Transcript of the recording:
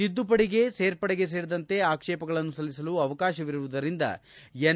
ತಿದ್ದುಪಡಿಗೆ ಸೇರ್ಪಡೆಗೆ ಸೇರಿದಂತೆ ಆಕ್ಷೇಪಗಳನ್ನು ಸಲ್ಲಿಸಲು ಅವಕಾಶವಿರುವುದರಿಂದ ಎನ್